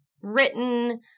written